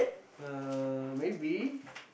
uh maybe